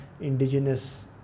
indigenous